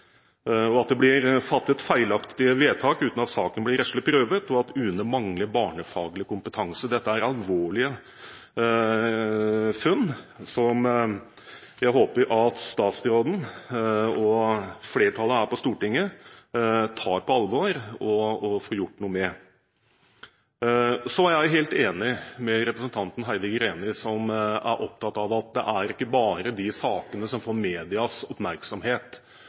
at det blir fattet feilaktige vedtak uten at saken blir rettslig prøvd, og at UNE mangler barnefaglig kompetanse. Dette er alvorlige funn, som jeg håper at statsråden og flertallet her på Stortinget tar på alvor og får gjort noe med. Jeg er helt enig med representanten Heidi Greni, som er opptatt av at det er ikke bare de sakene som får medias oppmerksomhet,